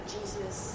Jesus